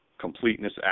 completeness